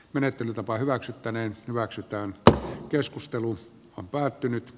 menettelytapa hyväksyttäneen hyväksytään että keskustelu on päättynyt